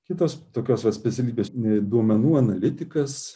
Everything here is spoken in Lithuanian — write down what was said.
kitos tokios vat specialybės duomenų analitikas